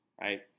right